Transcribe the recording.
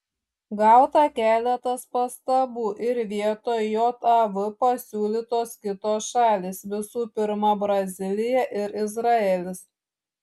gauta keletas pastabų ir vietoj jav pasiūlytos kitos šalys visų pirma brazilija ir izraelis